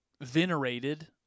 venerated